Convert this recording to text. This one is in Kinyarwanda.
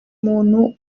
umuntu